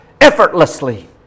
effortlessly